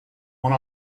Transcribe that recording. one